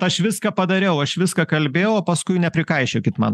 aš viską padariau aš viską kalbėjau o paskui neprikaišiokit man